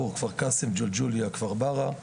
גלג'וליה וכפר ברע,